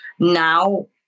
Now